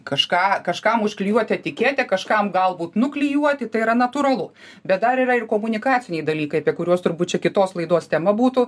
kažką kažkam užklijuot etiketę kažkam galbūt nuklijuoti tai yra natūralu bet dar yra ir komunikaciniai dalykai apie kuriuos turbūt čia kitos laidos tema būtų